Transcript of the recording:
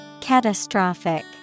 Catastrophic